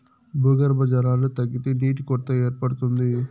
భూగర్భ జలాలు తగ్గితే నీటి కొరత ఏర్పడుతుంది